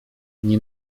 nie